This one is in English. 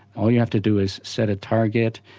all you have to do is set a target,